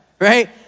right